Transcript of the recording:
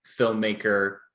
filmmaker